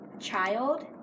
child